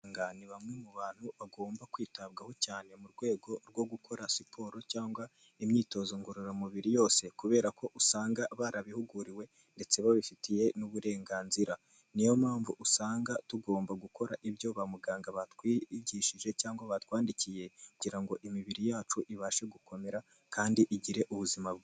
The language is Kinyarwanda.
Aba ni bamwe mu bantu bagomba kwitabwaho cyane mu rwego rwo gukora siporo cyangwa imyitozo ngororamubiri yose, kubera ko usanga barabihuguriwe ndetse babifitiye n'uburenganzira. Niyo mpamvu usanga tugomba gukora ibyo ba muganga batwigishije cyangwa batwandikiye kugira ngo imibiri yacu ibashe gukomera, kandi igire ubuzima bwiza.